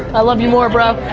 i love you more bro.